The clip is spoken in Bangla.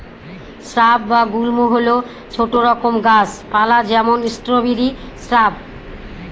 স্রাব বা গুল্ম হল ছোট রকম গাছ পালা যেমন স্ট্রবেরি শ্রাব